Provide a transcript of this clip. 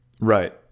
right